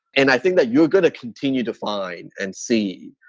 and i think that you're going to continue to find and see.